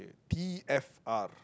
t_f_r